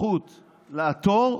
זכות לעתור,